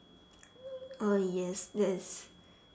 uh yes that's